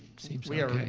seems okay.